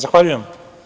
Zahvaljujem.